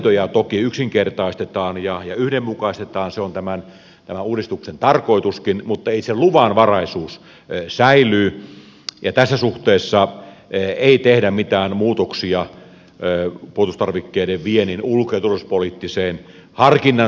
käytäntöjä toki yksinkertaistetaan ja yhdenmukaistetaan se on tämän uudistuksen tarkoituskin mutta itse luvanvaraisuus säilyy ja tässä suhteessa ei tehdä mitään muutoksia puolustustarvikkeiden viennin ulko ja turvallisuuspoliittiseen harkinnan sisältöön